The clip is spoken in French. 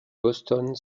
boston